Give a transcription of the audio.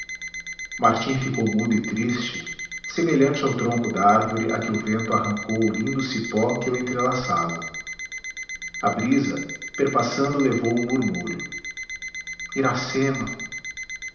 martim ficou mudo e triste semelhante ao tronco dárvore a que o vento arrancou o lindo cipó que o entrelaçava a brisa perpassando levou um murmúrio iracema